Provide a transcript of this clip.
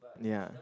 ya